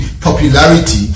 popularity